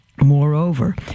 Moreover